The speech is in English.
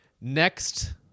next